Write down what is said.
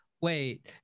wait